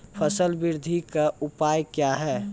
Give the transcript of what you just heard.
फसल बृद्धि का उपाय क्या हैं?